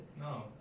No